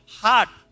heart